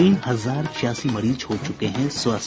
तीन हजार छियासी मरीज हो चुके हैं स्वस्थ